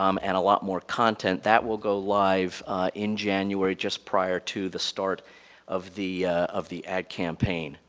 um and a lot more content. that will go live in january, just prior to the start of the of the ad campaign.